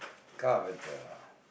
car better lah